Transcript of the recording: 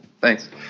Thanks